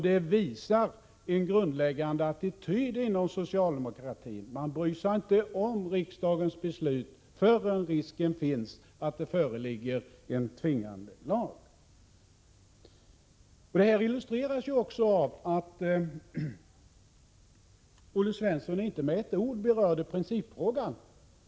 Det visar en grundläggande attityd inom socialdemokratin: man bryr sig inte om riksdagens beslut förrän risken finns att det kommer en tvingande lag. Detta förhållande illustreras ju också av att Olle Svensson inte med ett ord berörde principfrågan.